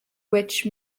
which